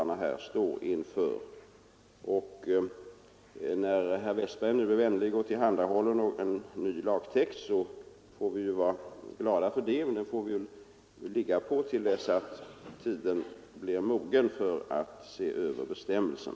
När herr Westberg nu är vänlig och tillhandahåller en ny lagtext får vi vara glada för det, men den får vi väl ligga på till dess att tiden blir mogen för att se över bestämmelsen.